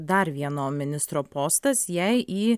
dar vieno ministro postas jei į